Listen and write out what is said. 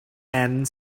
and